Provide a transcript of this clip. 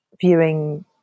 viewing